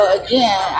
again